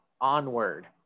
Onward